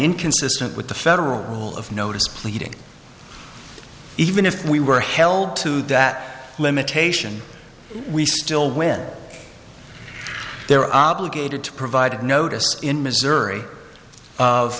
inconsistent with the federal rule of notice pleading even if we were held to that limitation we still win they're obligated to provide notice in missouri